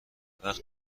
وقتی